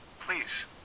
Please